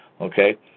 okay